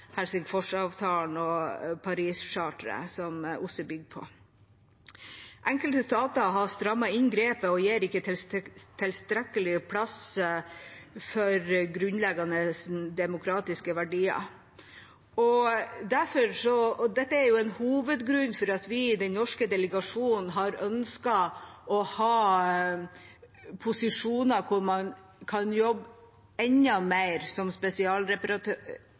stater har strammet grepet og gir ikke tilstrekkelig plass til grunnleggende demokratiske verdier. Dette er en hovedgrunn til at vi i den norske delegasjonen har ønsket å ha posisjoner der vi kan jobbe enda mer som